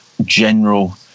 general